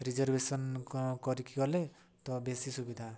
reservation କରିକି ଗଲେ ବେଶି ସୁବିଧା